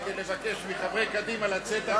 רק לבקש מחברי קדימה לצאת החוצה.